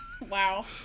Wow